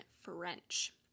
French